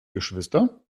geschwister